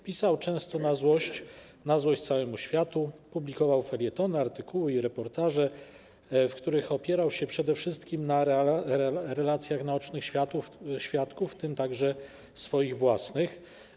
Pisał często na złość całemu światu, publikował felietony, artykuły i reportaże, w których opierał się przede wszystkim na relacjach naocznych świadków, w tym także swoich własnych.